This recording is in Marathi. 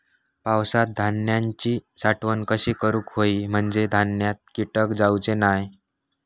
पावसात धान्यांची साठवण कशी करूक होई म्हंजे धान्यात कीटक जाउचे नाय?